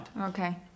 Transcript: Okay